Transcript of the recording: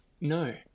No